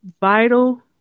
vital